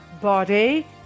body